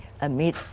amid